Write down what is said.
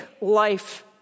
life